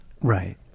right